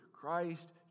Christ